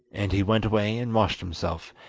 and he went away and washed himself,